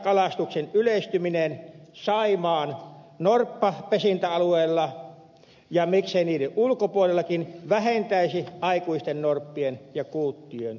katiskakalastuksen yleistyminen saimaannorpan pesintäalueilla ja miksei niiden ulkopuolellakin vähentäisi aikuisten norppien ja kuuttien hukkumiskuolemia